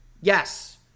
Yes